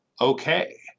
okay